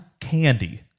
candy